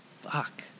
fuck